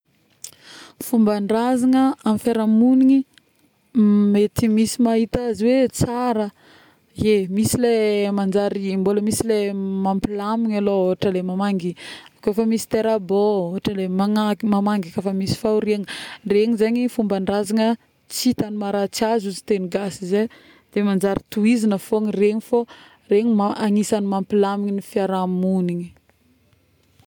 Fomban-drazagna amin'ny fiarahamonigny mety misy mahita azy hoe tsara ie misy le manjary, mbôla misy le mampilamigny alôha ôhatra mamangy ko fa misy tera-bao, ôhatra mamangy, mamangy koa fa misy fahoriagna, regna zegny fomban-drazagna tsy hita ny maharatsy azy hozy tegny gasy zay, de manjary tohizagna fôgna regny fô, regny agnisagny mampilamigny ,ny fiarahamonigny